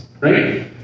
Right